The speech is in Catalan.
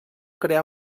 crear